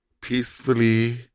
peacefully